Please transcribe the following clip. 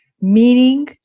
meaning